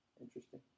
Interesting